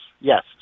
yes